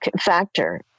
factor